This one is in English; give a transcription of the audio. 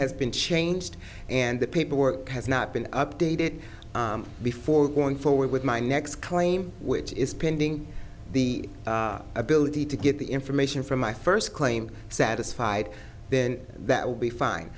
has been changed and the paperwork has not been updated before going forward with my next claim which is pending the ability to get the information from my first claim satisfied then that would be fine